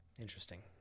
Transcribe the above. Interesting